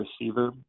receiver